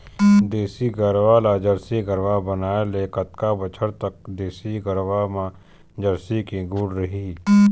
देसी गरवा ला जरसी गरवा बनाए ले कतका बछर तक देसी गरवा मा जरसी के गुण रही?